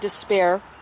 despair